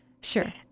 sure